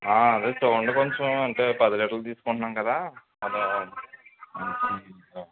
అదే చూడండి కొంచెం అంటే పది లీటర్లు తీసుకుంటున్నాం కదా అదో